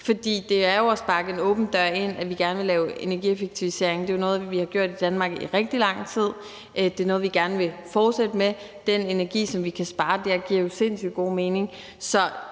det er jo at sparke en åben dør ind gerne at ville lave energieffektivisering. Det er noget, vi har gjort i Danmark i rigtig lang tid. Det er noget, vi gerne vil fortsætte med. Det giver jo sindssygt god mening